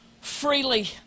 freely